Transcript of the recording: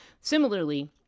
Similarly